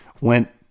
went